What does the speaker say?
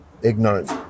ignorant